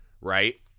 right